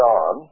on